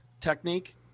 technique